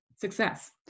success